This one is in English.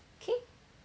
K